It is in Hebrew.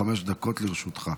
חמש דקות לרשותך.